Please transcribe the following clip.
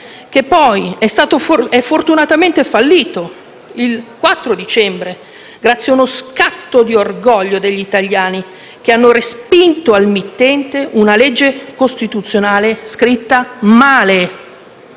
cittadini, è fortunatamente fallito il 4 dicembre, grazie ad uno scatto di orgoglio degli italiani, che hanno respinto al mittente una legge costituzionale scritta male.